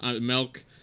milk